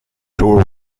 tore